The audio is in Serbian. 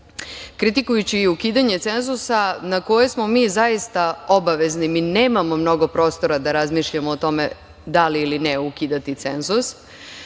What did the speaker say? kritikujući i ukidanje cenzusa na koje smo mi zaista obavezni. Mi nemamo mnogo prostora da razmišljamo o tome da li ili ne ukidati cenzus.